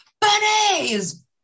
Bunnies